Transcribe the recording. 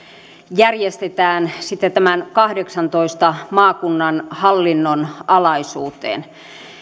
järjestetään myös näiden kahdeksantoista maakunnan hallinnon alaisuuteen